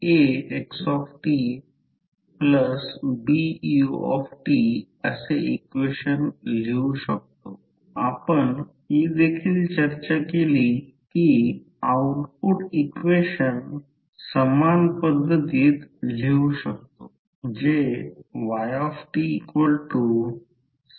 तर ते V R1 j L1 i1 j M i2 असेल मी सांगितले की चिन्ह असेल कारण येथे करंट येत आहे आणि येथे जात आहे हे समीकरण आहे 14 या येथे या लूपमध्ये व्होल्टेज सोर्स नाही